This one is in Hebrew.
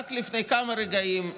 שרק לפני כמה רגעים,